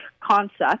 concept